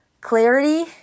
clarity